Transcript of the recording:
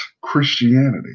Christianity